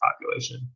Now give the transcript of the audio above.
population